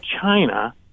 China